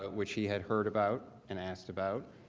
ah which he had heard about and asked about.